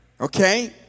Okay